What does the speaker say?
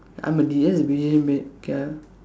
I'm a okay ah